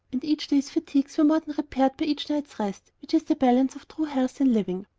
and each day's fatigues were more than repaired by each night's rest, which is the balance of true health in living.